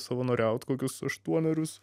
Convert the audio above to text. savanoriaut kokius aštuonerius